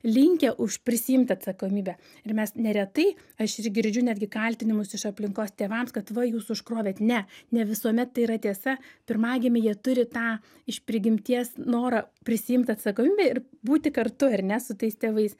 linkę už prisiimti atsakomybę ir mes neretai aš ir girdžiu netgi kaltinimus iš aplinkos tėvams kad va jūs užkrovėt ne ne visuomet tai yra tiesa pirmagimiai jie turi tą iš prigimties norą prisiimt atsakomybę ir būti kartu ar ne su tais tėvais